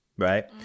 Right